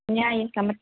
नयाक्रमः